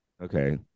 Okay